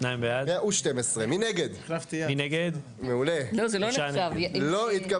הצבעה בעד, 2 נגד, 3 נמנעים, 0 הרביזיה לא התקבלה.